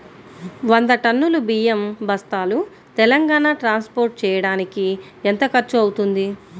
వంద టన్నులు బియ్యం బస్తాలు తెలంగాణ ట్రాస్పోర్ట్ చేయటానికి కి ఎంత ఖర్చు అవుతుంది?